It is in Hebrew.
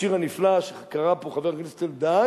בשיר הנפלא שקרא פה חבר הכנסת אלדד,